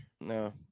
No